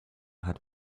had